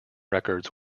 records